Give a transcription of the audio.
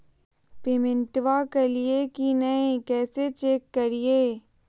पेमेंटबा कलिए की नय, कैसे चेक करिए?